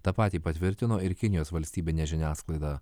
tą patį patvirtino ir kinijos valstybinė žiniasklaida